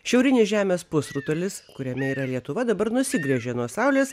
šiaurinis žemės pusrutulis kuriame yra lietuva dabar nusigręžė nuo saulės